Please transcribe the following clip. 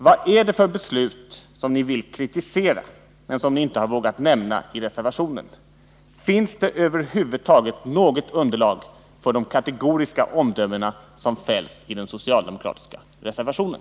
Vad är det för beslut ni vill kritisera, men inte vågat nämna i reservationen? Finns det över huvud taget något underlag för de kategoriska omdömen som fälls i den socialdemokratiska reservationen?